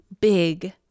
big